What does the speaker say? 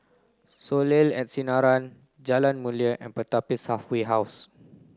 Soleil at Sinaran Jalan Mulia and Pertapis Halfway House